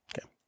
okay